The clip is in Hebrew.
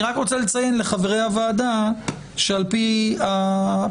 אני רק רוצה לציין לחברי הוועדה שעל פי הפקודה